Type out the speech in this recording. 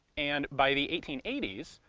and by the eighteen eighty s,